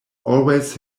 always